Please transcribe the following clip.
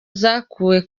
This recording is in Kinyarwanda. zakuwe